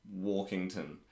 Walkington